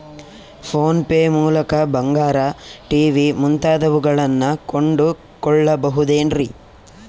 Phone pay ಮೂಲಕ ಬಂಗಾರ, TV ಮುಂತಾದವುಗಳನ್ನ ಕೊಂಡು ಕೊಳ್ಳಬಹುದೇನ್ರಿ?